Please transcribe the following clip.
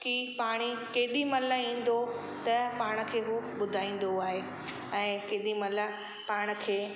की पाणी केॾी महिल ईंदो त पाण खे उहो ॿुधाईंदो आहे ऐं केॾी महिल पाण खे